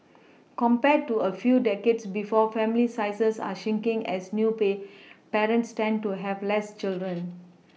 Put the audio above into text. compared to a few decades before family sizes are shrinking as new pay parents tend to have less children